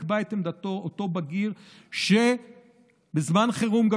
יקבע את עמדתו אותו בגיר שבזמן חירום גם